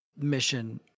Mission